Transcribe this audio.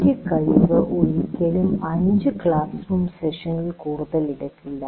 ഒരു കഴിവ് ഒരിക്കലും 5 ക്ലാസ് റൂം സെഷനുകളിൽ കൂടുതൽ എടുക്കില്ല